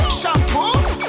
shampoo